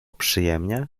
przyjemnie